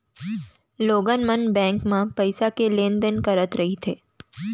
लोगन मन बेंक म पइसा के लेन देन करत रहिथे